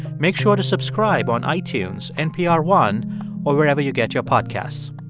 make sure to subscribe on itunes, npr one or wherever you get your podcasts.